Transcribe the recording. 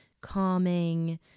calming